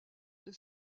des